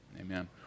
Amen